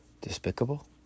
despicable